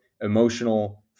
emotional